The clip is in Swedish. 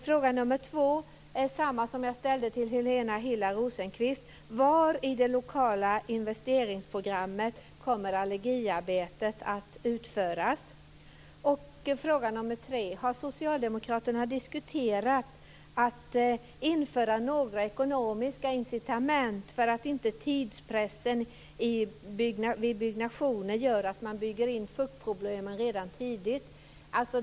Fråga nummer två är densamma som jag ställde till Helena Hillar Rosenqvist: Var i det lokala investeringsprogrammet kommer allergiarbetet att utföras? Fråga nummer tre: Har socialdemokraterna diskuterat att införa några ekonomiska incitament för att inte tidspressen vid byggnationer gör att man bygger in fuktproblemenen redan tidigt?